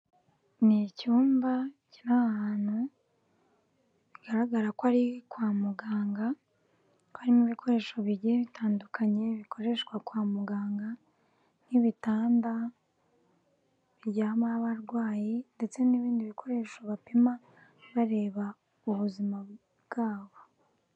Ni icyumba kiri ahantu bigaragara ko ari kwa muganga, harimo ibikoresho bigiye bitandukanye bikoreshwa kwa muganga nk'ibitanda biryamaho abarwayi ndetse n'ibindi bikoresho bapima bareba ubuzima bwabo.